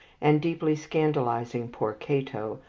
and deeply scandalizing poor cato,